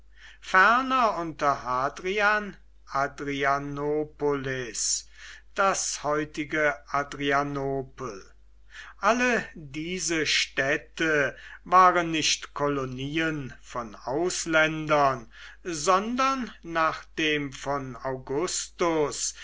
ferner unter hadrian adrianopolis das heutige adrianopel alle diese städte waren nicht kolonien von ausländern sondern nach dem von augustus